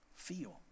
feel